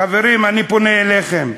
חברים, אני פונה אליכם.